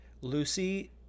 Lucy